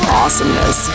awesomeness